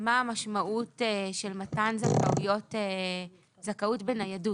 מה המשמעות של מתן זכאות בניידות,